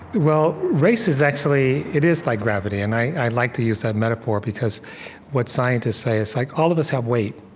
well, race is actually it is like gravity. and i like to use that metaphor, because what scientists say is, like all of us have weight.